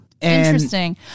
Interesting